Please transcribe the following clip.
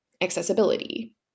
accessibility